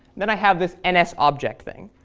then i have this and nsobject thing.